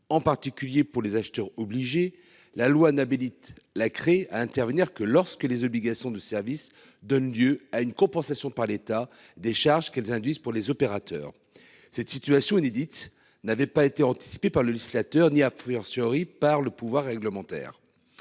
en particulier pour les acheteurs obligé la loi n'habite la à intervenir que lorsque les obligations de service donne lieu à une compensation par l'État des charges qu'elles induisent. Pour les opérateurs. Cette situation inédite n'avait pas été anticipé par le législateur ni à pourrir surpris par le pouvoir réglementaire.